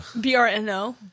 B-R-N-O